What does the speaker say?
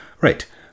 Right